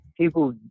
people